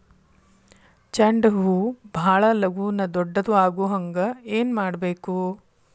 ಚಂಡ ಹೂ ಭಾಳ ಲಗೂನ ದೊಡ್ಡದು ಆಗುಹಂಗ್ ಏನ್ ಮಾಡ್ಬೇಕು?